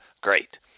great